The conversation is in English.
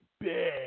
Big